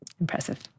Impressive